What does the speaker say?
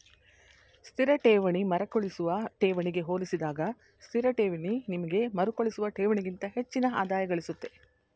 ಸ್ಥಿರ ಠೇವಣಿ ಮರುಕಳಿಸುವ ಠೇವಣಿಗೆ ಹೋಲಿಸಿದಾಗ ಸ್ಥಿರಠೇವಣಿ ನಿಮ್ಗೆ ಮರುಕಳಿಸುವ ಠೇವಣಿಗಿಂತ ಹೆಚ್ಚಿನ ಆದಾಯಗಳಿಸುತ್ತೆ